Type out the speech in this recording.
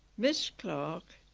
miss clarke,